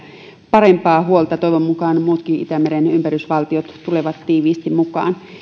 parempaa huolta toivon mukaan muutkin itämeren ympärysvaltiot tulevat tiiviisti mukaan